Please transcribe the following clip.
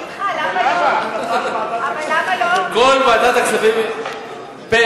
אני אתך, אבל למה לא, כל ועדת הכספים פה-אחד.